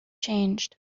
changed